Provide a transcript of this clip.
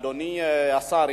אדוני השר,